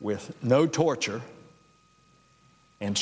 with no torture and